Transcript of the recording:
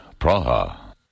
Praha